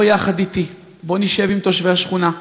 בוא יחד אתי, בוא נשב עם תושבי השכונה.